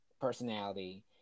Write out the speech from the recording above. personality